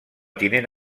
tinent